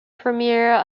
premiere